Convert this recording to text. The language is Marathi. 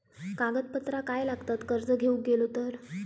कागदपत्रा काय लागतत कर्ज घेऊक गेलो तर?